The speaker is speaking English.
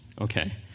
Okay